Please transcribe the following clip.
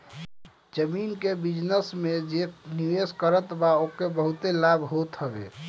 जमीन के बिजनस में जे निवेश करत बा ओके बहुते लाभ होत हवे